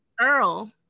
Earl